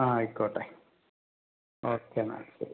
ആ ആയിക്കോട്ടെ ഓക്കെ എന്നാൽ ശരി